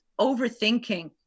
overthinking